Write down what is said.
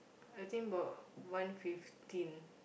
I think about one fifteen